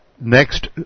next